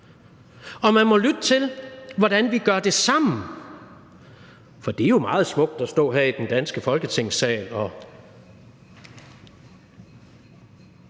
Og man må lytte til, hvordan vi gør det sammen, for det er jo meget smukt at stå her i den danske Folketingssal,